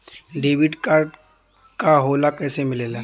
Debit card का होला कैसे मिलेला?